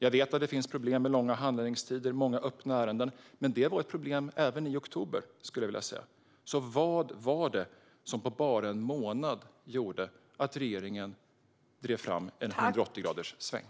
Jag vet att det finns problem med långa handläggningstider och många öppna ärenden, men det var ett problem även i oktober. Vad var det som på bara en månad fick regeringen att göra en 180-graderssväng?